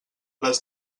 les